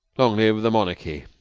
long live the monarchy,